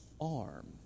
arm